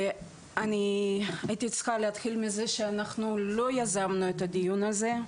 אני הייתי צריכה להתחיל מזה שאנחנו לא יזמנו את הדיון הזה.